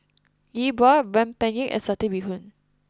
Yi Bua Rempeyek and Satay Bee Hoon